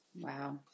Wow